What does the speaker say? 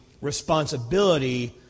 responsibility